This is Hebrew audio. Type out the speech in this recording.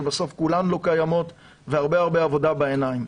ובסוף כולן לא קיימות והרבה-הרבה עבודה בעיניים.